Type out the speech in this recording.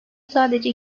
sadece